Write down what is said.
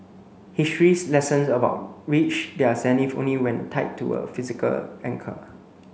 history's lessons about reach their zenith only when tied to a physical anchor